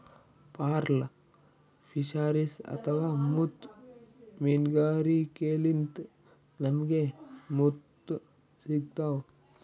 pearl fisheries ಅಥವಾ ಮುತ್ತ್ ಮೀನ್ಗಾರಿಕೆಲಿಂತ್ ನಮ್ಗ್ ಮುತ್ತ್ ಸಿಗ್ತಾವ್